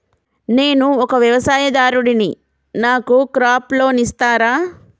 నేను ఒక వ్యవసాయదారుడిని నాకు క్రాప్ లోన్ ఇస్తారా?